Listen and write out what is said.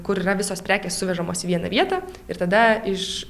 kur yra visos prekės suvežamos vieną vietą ir tada iš